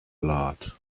blood